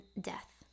death